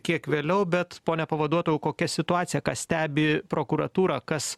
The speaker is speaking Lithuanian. kiek vėliau bet pone pavaduotojau kokia situacija kas stebi prokuratūrą kas